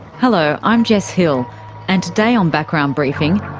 hello, i'm jess hill and today on background briefing,